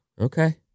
Okay